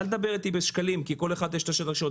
אל תדבר בשקלים כי לכל אחד יש את השטח שלו.